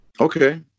okay